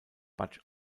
butch